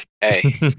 Hey